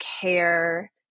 care